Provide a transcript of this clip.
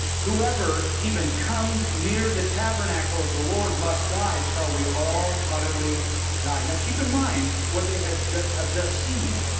whoever even comes near the tabernacle of the lord must die. shall we all utterly die now, keep in mind what they have have just seen.